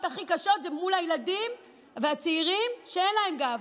והוא יודע כמה העוולות הכי קשות זה מול הילדים והצעירים שאין להם גב.